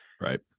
Right